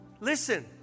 Listen